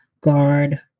Guard